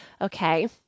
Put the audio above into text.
Okay